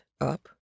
up